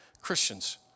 Christians